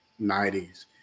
90s